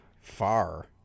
far